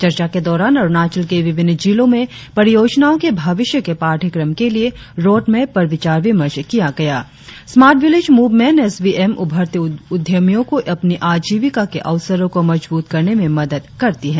चर्चा के दौरान अरुणाचल के विभिन्न जिलों में परियोजनाओं के भविष्य के पाठ्यक्रम के लिए रोडमेप पर विचार विमर्श किया गया smart village movement S V M उभरते उद्यमियों को अपनी आजीविका के अवसरों को मजबूत करने में मदद करती है